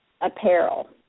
apparel